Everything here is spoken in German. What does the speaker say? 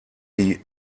die